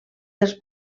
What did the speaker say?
dels